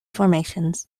formations